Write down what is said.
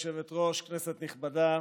גברתי היושבת-ראש, כנסת נכבדה,